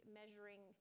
measuring